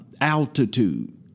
altitude